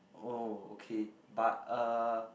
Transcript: oh okay but uh